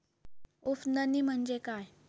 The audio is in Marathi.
उफणणी म्हणजे काय असतां?